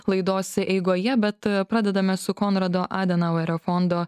laidose eigoje bet pradedame su konrado adenauerio fondo